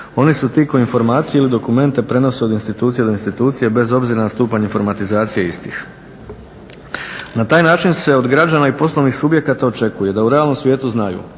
Oni su ti koji informacije ili dokumente prenose od institucije do institucije bez obzira na stupanje … istih. Na taj način se od građana i poslovnih subjekata očekuje da u realnom svijetu znaju